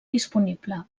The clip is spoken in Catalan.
disponible